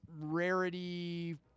rarity